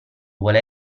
vuole